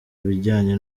bijyanye